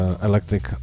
Electric